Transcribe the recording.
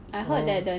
orh